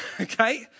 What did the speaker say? okay